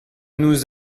nous